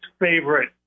favorite